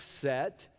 set